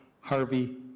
Harvey